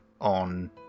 on